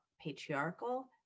patriarchal